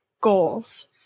goals